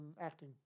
acting